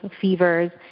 fevers